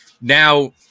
Now